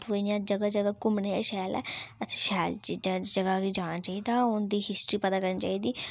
इ'यां जगहा जगहा घुमने आह्ली शैल ऐ असेंगी शैल चीजें आह्ली जगह् बी जाना चाहिदा उं'दी हिस्टरी पता करनी चाहिदी